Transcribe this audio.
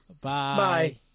Bye